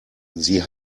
sie